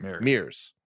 mirrors